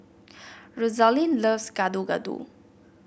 Rosalyn loves Gado Gado